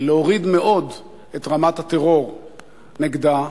להוריד מאוד את רמת הטרור נגדה.